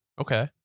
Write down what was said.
Okay